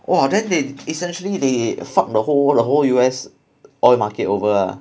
!wah! then they essentially they fuck the whole the whole U_S oil market over ah